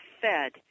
fed